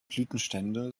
blütenstände